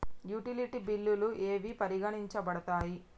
Utility బిల్లులు ఏవి పరిగణించబడతాయి?